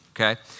Okay